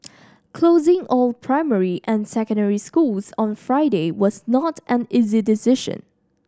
closing all primary and secondary schools on Friday was not an easy decision